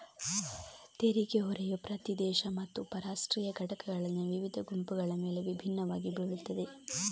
ತೆರಿಗೆ ಹೊರೆಯು ಪ್ರತಿ ದೇಶ ಮತ್ತು ಉಪ ರಾಷ್ಟ್ರೀಯ ಘಟಕಗಳಲ್ಲಿನ ವಿವಿಧ ಗುಂಪುಗಳ ಮೇಲೆ ವಿಭಿನ್ನವಾಗಿ ಬೀಳುತ್ತದೆ